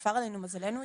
שפר עלינו מזלנו,